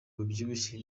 babyibushye